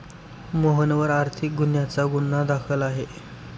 मोहनवर आर्थिक गुन्ह्याचा गुन्हा दाखल आहे